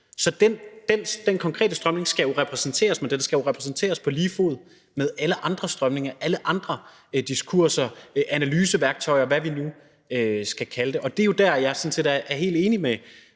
på. Den konkrete strømning skal jo repræsenteres, men den skal repræsenteres på lige fod med alle andre strømninger, alle andre diskurser, analyseværktøjer, og hvad vi nu skal kalde det. Det er der, jeg sådan set er helt enig med